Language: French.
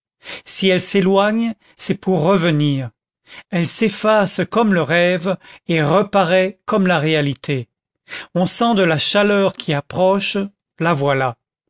si elle s'éloigne c'est pour revenir elle s'efface comme le rêve et reparaît comme la réalité on sent de la chaleur qui approche la voilà